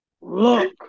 Look